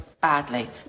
badly